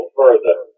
further